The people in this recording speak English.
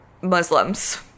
muslims